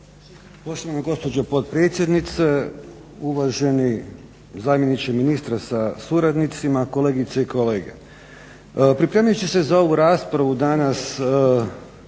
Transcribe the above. Poštovana gospođo potpredsjednice, uvaženi zamjeniče ministra sa suradnicima, kolegice i kolege. Pripremivši se za ovu raspravu danas